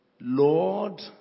Lord